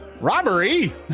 robbery